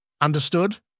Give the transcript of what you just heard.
Understood